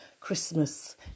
Christmas